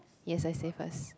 yes I save first